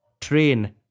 train